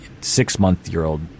six-month-year-old